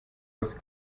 bose